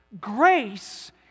Grace